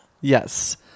yes